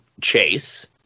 chase